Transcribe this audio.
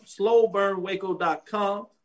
Slowburnwaco.com